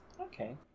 Okay